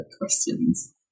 questions